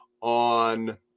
on